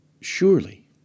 surely